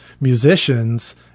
musicians